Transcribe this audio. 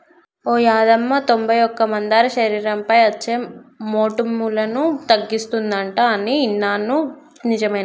ఓ యాదమ్మ తొంబై ఒక్క మందార శరీరంపై అచ్చే మోటుములను తగ్గిస్తుందంట అని ఇన్నాను నిజమేనా